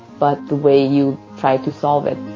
but the way you try to solve it.